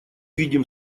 видим